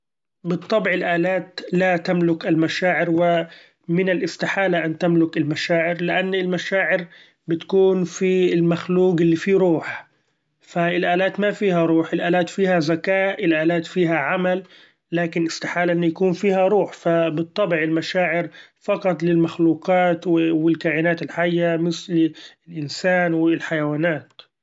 بالطبع الآلات لا تملك المشاعر! و من الاستحالة إن تملك المشاعر لإن المشاعر بتكون في المخلوق اللي فيه روح ف الآلات ما فيها روح ، الآلات فيها ذكاء الآلات فيها عمل لكن استحالة إن يكون فيها روح، ف بالطبع المشاعر فقط للمخلوقات والكائنات الحية مثل الإنسان والحيوانات.